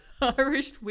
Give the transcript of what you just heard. Irish